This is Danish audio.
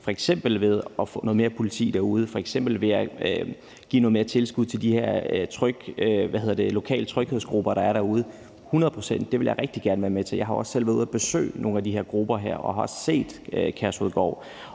ved at få noget mere politi derude, f.eks. ved at give noget mere tilskud til de her lokale tryghedsgrupper, der er derude. Det vil jeg hundrede procent rigtig gerne være med til. Jeg har også selv været ude at besøge nogle af de her grupper og har set Kærshovedgård.